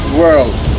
world